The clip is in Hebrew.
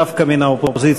דווקא מן האופוזיציה,